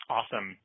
Awesome